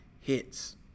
hits